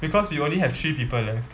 because we only have three people left